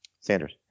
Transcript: Sanders